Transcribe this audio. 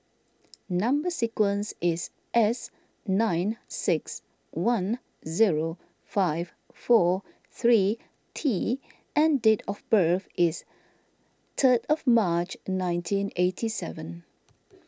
Number Sequence is S nine six one zero five four three T and date of birth is third of March nineteen eighty seven